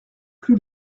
plus